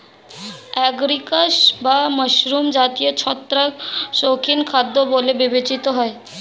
agaricus বা mushroom জাতীয় ছত্রাক শৌখিন খাদ্য বলে বিবেচিত হয়